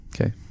Okay